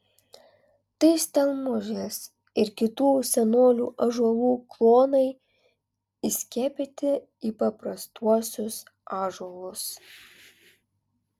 tai stelmužės ir kitų senolių ąžuolų klonai įskiepyti į paprastuosius ąžuolus